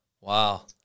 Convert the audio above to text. Wow